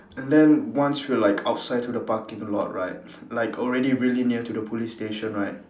and then once we were like outside to the parking lot right like already really near to the police station right